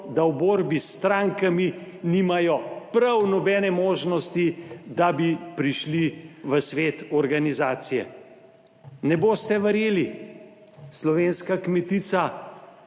da v borbi s strankami nimajo prav nobene možnosti, da bi prišli v svet organizacije. Ne boste verjeli, slovenska kmetica